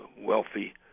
wealthy